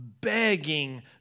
begging